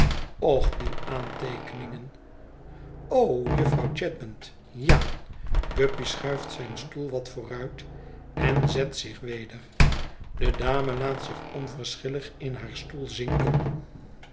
och die aanteekeningén o jufvrouw chadband ja guppy schuift zijn stoel wat vooruit en zet zich weder de dame laat zich onverschillig in haar stoel zinken